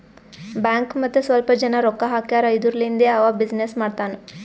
bank ಮತ್ತ ಸ್ವಲ್ಪ ಜನ ರೊಕ್ಕಾ ಹಾಕ್ಯಾರ್ ಇದುರ್ಲಿಂದೇ ಅವಾ ಬಿಸಿನ್ನೆಸ್ ಮಾಡ್ತಾನ್